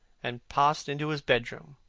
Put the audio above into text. and passed into his bedroom,